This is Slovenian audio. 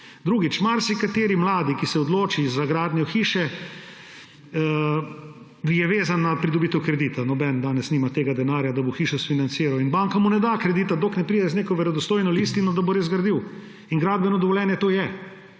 Drugič, marsikateri mladi, ki se odloči za gradnjo hiše, je vezan na pridobitev kredita – nobeden danes nima tega denarja, da bi hišo financiral – in banka mu ne da kredita, dokler ne pride z neko verodostojno listino, da bo res gradil. In gradbeno dovoljenje to je.